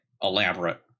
elaborate